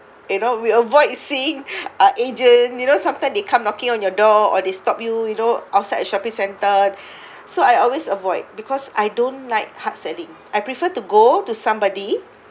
you know we avoid seeing uh agent you know sometime they come knocking on your door or they stop you you know outside a shopping centre so I always avoid because I don't like hard selling I prefer to go to somebody